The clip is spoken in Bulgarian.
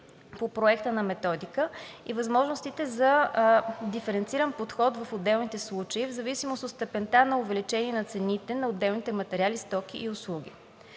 по проекта на методика и възможностите за диференциран подход в отделните случаи в зависимост от степента на увеличение на цените на отделните материали, стоки и услуги.